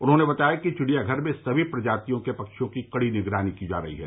उन्होंने बताया कि चिड़ियाघर में समी प्रजातियों के पक्षियों की कड़ी निगरानी की जा रही है